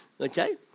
Okay